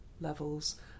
levels